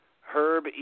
Herb